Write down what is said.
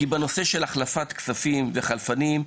כי בנושא של החלפת כספים וחלפנים,